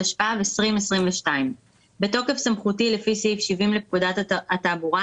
התשפ"ב-2021 "בתוקף סמכותי לפי סעיף 70 לפקודת התעבורה,